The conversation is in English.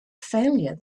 failure